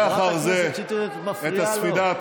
זה אחר זה, חברת הכנסת שטרית, את מפריעה לו.